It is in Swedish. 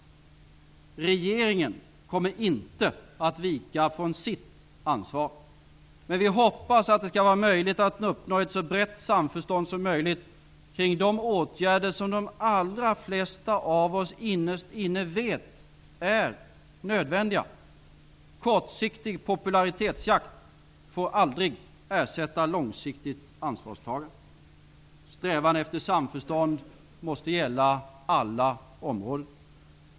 Regeringen kommer inte att vika från sitt ansvar. Men vi hoppas att det skall vara möjligt att uppnå ett så brett samförstånd som möjligt kring de åtgärder som de allra flesta av oss innerst inne vet är nödvändiga. Kortsiktig popularitetsjakt får aldrig ersätta långsiktigt ansvarstagande. Strävan efter samförstånd måste gälla alla områden.